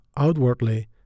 outwardly